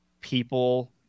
people